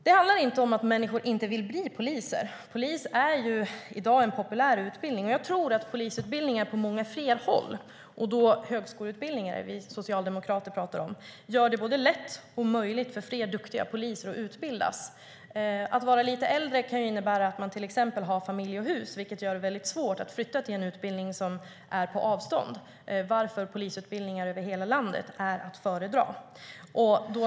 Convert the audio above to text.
Det handlar inte om att människor inte skulle vilja bli poliser. Polisutbildningen är i dag populär. Jag tror att polisutbildningar på många fler håll - och det är högskoleutbildning vi socialdemokrater pratar om - gör det både möjligt och lätt för fler duktiga poliser att utbildas. Att vara lite äldre kan innebära att man till exempel har familj och hus, vilket gör det svårt att flytta till en utbildning som är på avstånd, varför polisutbildningar över hela landet är att föredra.